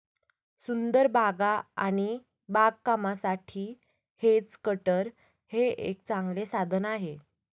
सुंदर बागा आणि बागकामासाठी हेज कटर हे एक चांगले साधन आहे